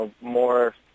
more